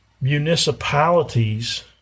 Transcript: municipalities